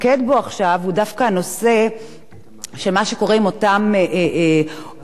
של מה שקורה עם אותם עובדים כשהם לא מאורגנים,